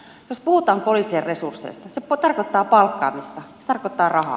jos puhutaan poliisien resursseista se tarkoittaa palkkaamista se tarkoittaa rahaa